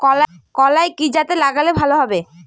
কলাই কি জাতে লাগালে ভালো হবে?